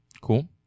cool